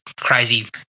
crazy